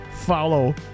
follow